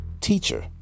teacher